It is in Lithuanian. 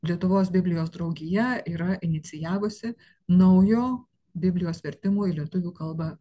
lietuvos biblijos draugija yra inicijavusi naujo biblijos vertimo į lietuvių kalbą